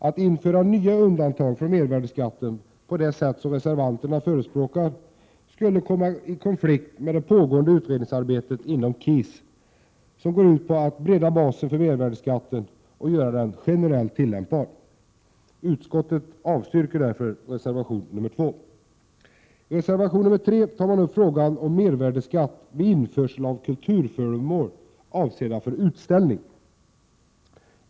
Att införa nya undantag från mervärdeskatten på det sätt reservanterna förespråkar skulle komma i konflikt med det pågående utredningsarbetet inom KIS, som går ut på att bredda basen för mervärdeskatten och göra den generellt tillämpbar. Utskottet avstyrker reservation nr 2. I reservation nr 3 tar man upp frågan om mervärdeskatt vid införsel av kulturföremål avsedda för utställning.